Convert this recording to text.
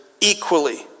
equally